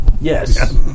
Yes